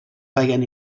feien